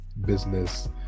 business